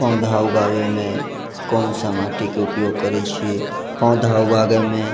पौधा उगाबैमे कोन सा माटीके उपयोग करै छिए पौधा उगाबैमे